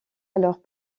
alors